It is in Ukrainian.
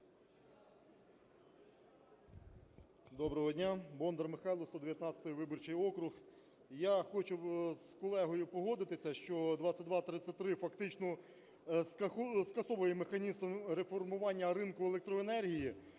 Доброго дня! Бондар Михайло, 119 виборчий округ. Я хочу з колегою погодитися, що 2233 фактично скасовує механізм реформування ринку електроенергії,